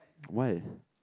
why